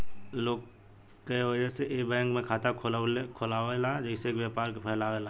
लोग कए वजह से ए बैंक में खाता खोलावेला जइसे कि व्यवसाय के फैलावे ला